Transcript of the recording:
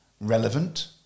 relevant